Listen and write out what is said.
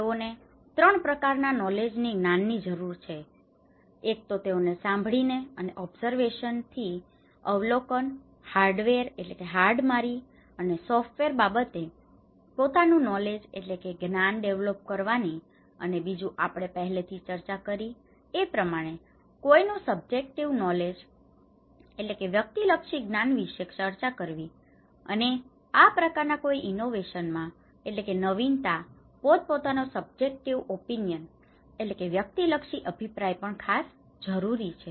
તેઓને 3 પ્રકારના નૉલેજની knowledge જ્ઞાન જરૂર છે એક તો તેઓને સાંભળીને અને ઓબસર્વેસનથી observation અવલોકન હાર્ડવેર hardware હાડમારી અને સોફ્ટવેર બાબતે પોતાનું નૉલેજ knowledge જ્ઞાન ડેવલોપ કરવાની અને બીજું આપણે પહેલાથી ચર્ચા કરી એ પ્રમાણે કોઈનું સબ્જેકટિવ નોલેજ subjective knowledge વ્યક્તિલક્ષી જ્ઞાન વિશે ચર્ચા કરવી અને આ પ્રકારના કોઈ ઇનોવેશનમાં innovation નવીનતા પોત પોતાનો સબ્જેકટિવ ઓપિનિયન subjective opinion વ્યક્તિલક્ષી અભિપ્રાય પણ ખાસ જરૂરી છે